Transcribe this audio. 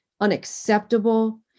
unacceptable